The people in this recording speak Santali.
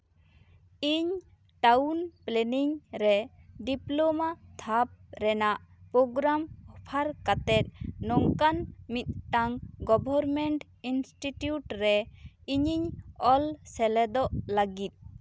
ᱤᱧ ᱴᱟᱹᱣᱩᱱ ᱯᱞᱮᱱᱤᱝ ᱨᱮ ᱰᱤᱯᱞᱳᱢᱟ ᱫᱷᱟᱯ ᱨᱮᱱᱟᱜ ᱯᱨᱳᱜᱨᱟᱢ ᱚᱯᱷᱟᱨ ᱠᱟᱛᱮᱫ ᱱᱚᱝᱠᱟᱱ ᱢᱤᱫᱴᱟᱝ ᱜᱚᱵᱷᱚᱨᱢᱮᱱᱴ ᱤᱱᱥᱴᱤᱴᱩᱭᱴ ᱨᱮ ᱤᱧᱤᱧ ᱚᱞ ᱥᱮᱞᱮᱫᱚᱜ ᱞᱟᱹᱜᱤᱫ